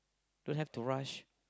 don't have to rush